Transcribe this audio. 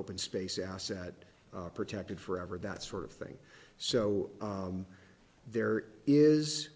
open space asset protected forever that sort of thing so there is